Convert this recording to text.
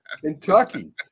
Kentucky